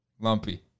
lumpy